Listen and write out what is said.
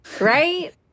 Right